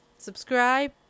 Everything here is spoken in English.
subscribe